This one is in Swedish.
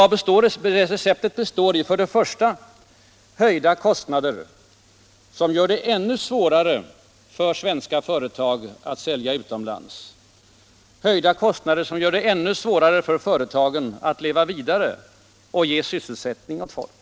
Dess recept bestod för det första i höjda kostnader, som gör det ännu svårare för svenska företag att sälja utomlands, höjda kostnader som gör det ännu svårare för företagen att leva vidare och ge sysselsättning åt folk.